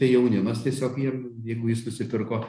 tai jaunimas tiesiog jiem jeigu jis nusipirko